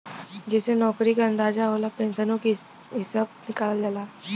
जइसे नउकरी क अंदाज होला, पेन्सनो के हिसब निकालल जाला